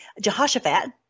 Jehoshaphat